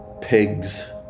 pigs